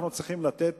אנחנו צריכים לתת